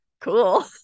cool